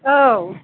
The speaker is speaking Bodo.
औ